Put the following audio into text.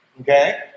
Okay